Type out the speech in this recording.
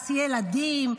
ילדים,